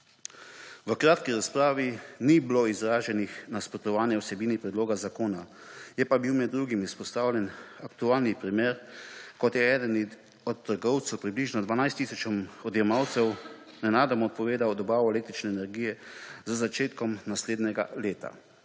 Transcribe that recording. V kratki razpravi ni bilo izraženih nasprotovanj vsebini predloga zakona, je pa bil med drugim izpostavljen aktualni primer, ko je eden od trgovcev približno 12 tisoč odjemalcem nenadoma odpovedal dobavo električne energije z začetkom naslednjega leta.